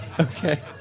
Okay